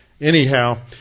Anyhow